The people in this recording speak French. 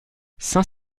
saint